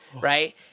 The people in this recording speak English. right